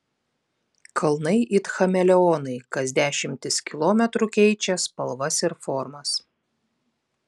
kalnai it chameleonai kas dešimtis kilometrų keičia spalvas ir formas